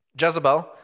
Jezebel